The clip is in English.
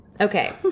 Okay